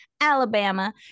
Alabama